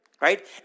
right